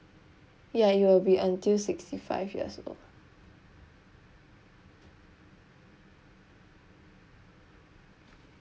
ya it will be until sixty five years old